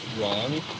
wrong